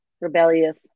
Rebellious